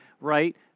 right